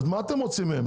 מה אתם רוצים מהם?